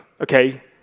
okay